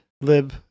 Lib